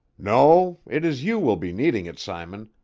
no, it is you will be needing it, simon.